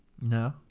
No